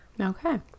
Okay